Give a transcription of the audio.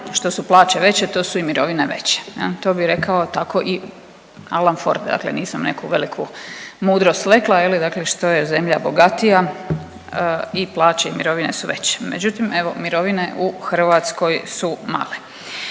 što su plaće veće to su i mirovine veće jel, to bi rekao tako i Alan Ford, dakle nisam neku veliku mudrost rekla je li dakle što je zemlja bogatija i plaće i mirovine su veće, međutim evo mirovine u Hrvatskoj su male.